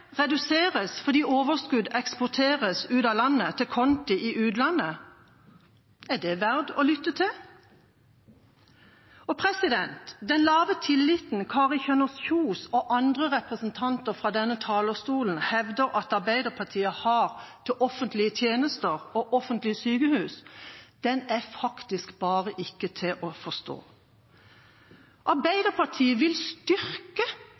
reduseres fordi overskudd eksporteres til konti i utlandet – er det verdt å lytte til? Den lave tilliten Kari Kjønaas Kjos og andre representanter fra denne talerstolen hevder at Arbeiderpartiet har til offentlige tjenester og offentlige sykehus, er faktisk bare ikke til å forstå. Arbeiderpartiet vil styrke